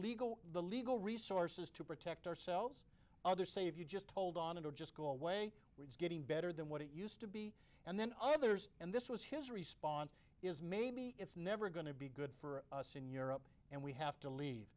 legal the legal resources to protect ourselves others say if you just hold on and just go away it's getting better than what it used to be and then others and this was his response is maybe it's never going to be good for us in europe and we have to leave